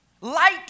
Light